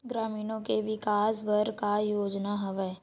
ग्रामीणों के विकास बर का योजना हवय?